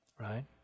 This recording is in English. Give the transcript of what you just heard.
right